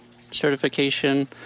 certification